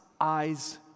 eyes